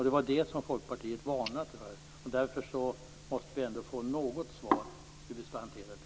Det var det som Folkpartiet varnade för. Därför måste vi få något svar på hur vi skall hantera detta.